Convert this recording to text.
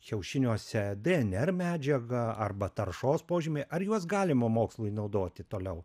kiaušiniuose dnr medžiaga arba taršos požymiai ar juos galima mokslui naudoti toliau